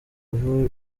biba